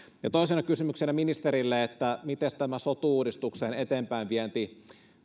toisena kysymyksenä ministerille miten tämä sotu uudistuksen eteenpäinvienti